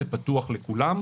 זה פתוח לכולם.